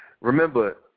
Remember